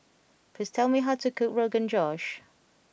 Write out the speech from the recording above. please tell me how to cook Rogan Josh